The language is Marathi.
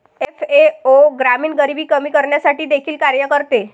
एफ.ए.ओ ग्रामीण गरिबी कमी करण्यासाठी देखील कार्य करते